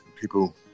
people